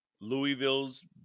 Louisville's